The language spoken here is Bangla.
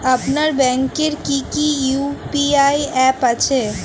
আপনার ব্যাংকের কি কি ইউ.পি.আই অ্যাপ আছে?